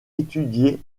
étudier